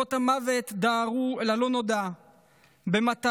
ועקבות המוות דהרו אל הלא-נודע במטרה